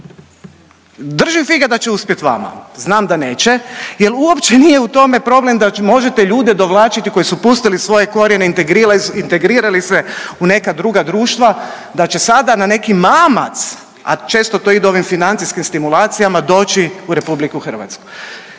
Držim fige da će uspjet vama. Znam da neće jel uopće nije u tome problem da možete ljude dovlačiti koji su pustili svoje korijene, integrirali se u neka druga društva, da će sada na neki mamac, a često to ide ovim financijskim stimulacijama doći u Republiku Hrvatsku.